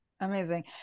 Amazing